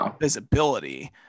visibility